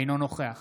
אינו נוכח